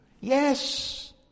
Yes